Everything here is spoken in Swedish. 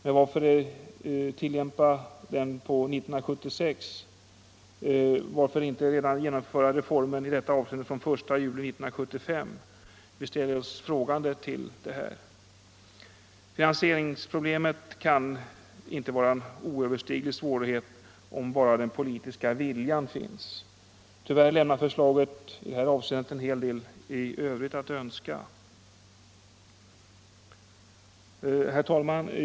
Men varför tillämpa den på 1976 — varför inte redan genomföra reformen i detta avseende från den 1 juli 1975? Vi ställer oss frågande till detta. Finansieringsproblemet kan inte vara en oöverstiglig svårighet om bara den politiska viljan finns. Tyvärr lämnar förslaget i detta avseende en hel del övrigt att önska. Herr talman!